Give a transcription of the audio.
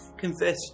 confess